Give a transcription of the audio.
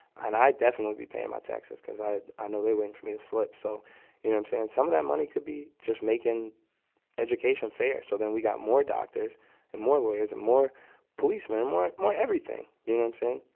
and i definitely be paying my taxes because i i know they're waiting for me to slip. so you know what i'm saying? some of that money could be just making education fair. so then we got more doctors and more lawyers and more policemen and more more everything you know what i'm saying?